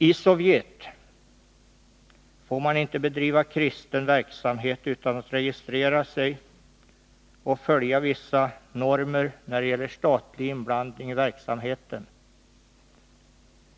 I Sovjet får man inte bedriva kristen verksamhet utan att registrera sig och följa vissa normer när det gäller statlig inblandning i verksamheten.